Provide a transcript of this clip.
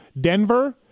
Denver